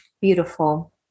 Beautiful